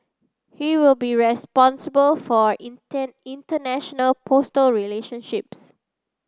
he will be responsible for international postal relationships